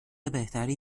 بهتری